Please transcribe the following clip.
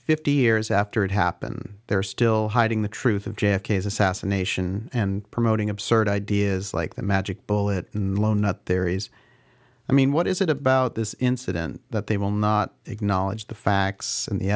fifty years after it happened they're still hiding the truth of j f k s assassination and promoting absurd ideas like the magic bullet in lone at their ease i mean what is it about this incident that they will not acknowledge the facts and the